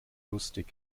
lustig